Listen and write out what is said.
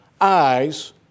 eyes